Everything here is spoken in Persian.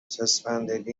چسبندگی